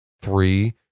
three